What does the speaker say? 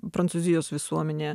prancūzijos visuomenė